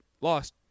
lost